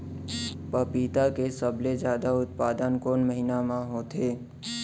पपीता के सबले जादा उत्पादन कोन महीना में होथे?